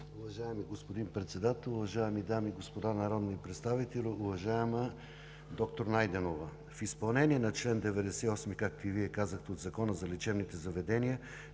Уважаеми господин Председател, уважаеми дами и господа народни представители! Уважаема доктор Найденова, в изпълнение на чл. 98, както и Вие казахте, от Закона за лечебните заведения